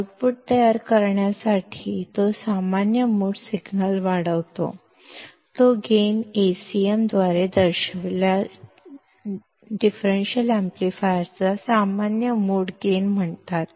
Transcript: output तयार करण्यासाठी तो सामान्य मोड सिग्नल वाढवतो तो गेन Acm द्वारे दर्शविलेल्या डिफरेंशियल एम्पलीफायरचा सामान्य मोड गेन म्हणतात